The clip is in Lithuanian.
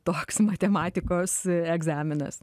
toks matematikos egzaminas